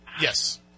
Yes